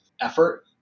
effort